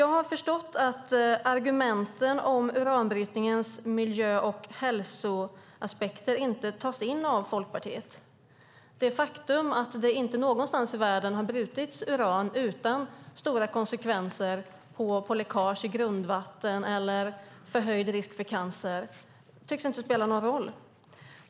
Jag har förstått att argumenten om uranbrytningens miljö och hälsoaspekter inte tas in av Folkpartiet. Det faktum att det inte någonstans i världen har brutits uran utan stora konsekvenser, som läckage i grundvatten eller förhöjd risk för cancer, tycks inte spela någon roll.